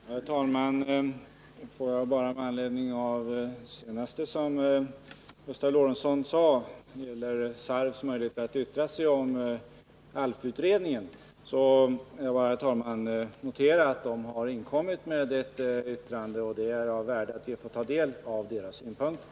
Herr talman! Får jag bara med anledning av det Gustav Lorentzon sade beträffande SARF:s möjligheter att yttra sig om utredningen om en allmän arbetslöshetsförsäkring notera att de har inkommit med ett yttrande och att det är av värde att vi får ta del av deras synpunkter.